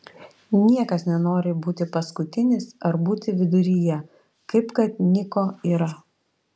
niekas nenori būti paskutinis ar būti viduryje kaip kad niko yra